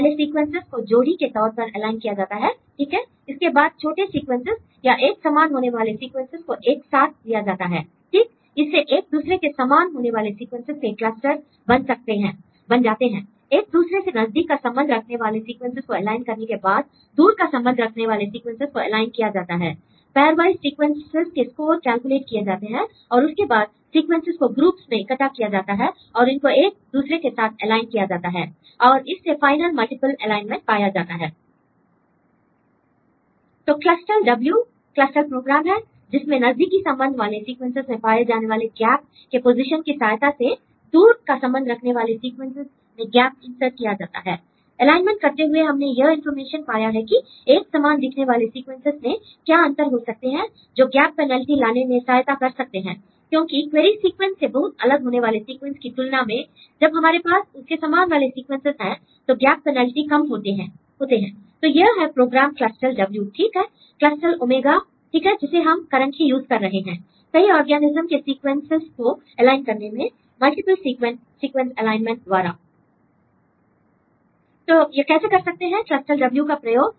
पहले सीक्वेंसेस को जोड़ी के तौर पर एलाइन किया जाता है ठीक है इसके बाद छोटे सीक्वेंसेस या एक समान होने वाले सीक्वेंसेस को एक साथ लाया जाता है ठीक इससे एक दूसरे के समान होने होने वाले सीक्वेंसेस के क्लस्टर बन जाते हैं l एक दूसरे से नजदीक का संबंध रखने वाले सीक्वेंसेस को एलाइन करने के बाद दूर का संबंध रखने वाले सीक्वेंसेस को एलाइन किया जाता है l पैर्वाइस् सीक्वेंसेस के स्कोर कैलकुलेट किए जाते हैं और इसके बाद सीक्वेंसेस को ग्रुप्स में इकट्ठा किया जाता है और इनको एक दूसरे के साथ एलाइन किया जाता है l और इससे फाइनल मल्टीपल एलाइनमेंट पाया जाता है l तो क्लस्टल्W लेटेस्ट प्रोग्राम है जिसमें नजदीकी संबंध वाले सीक्वेंसेस में पाए जाने वाले गैप के पोजीशन की सहायता से दूर का संबंध रखने वाले सीक्वेंसेस में गैप इंसर्ट किया जाता है l एलाइनमेंट करते हुए हमने यह इंफॉर्मेशन पाया है कि एक समान दिखने वाले सीक्वेंसेस में क्या अंतर हो सकते हैं जो हमें गैप पेनल्टी लाने में सहायता कर सकते हैं l क्योंकि क्वेरी सीक्वेंस से बहुत अलग होने वाले सीक्वेंस की तुलना में जब हमारे पास उसके समान वाले सीक्वेंसेस हैं तो गैप पेनल्टी कम होते हैं l तो यह है प्रोग्राम क्लस्टल्W ठीक है क्लस्टल् ओमेगा ठीक है जिसे हम करंटली यूज कर रहे हैं कई ऑर्गेनेज्म के सीक्वेंसेस को एलाइन करने में मल्टीप्ल सीक्वेंस एलाइनमेंट द्वारा l तो यह कैसे कर सकते हैं क्लस्टल्W का प्रयोग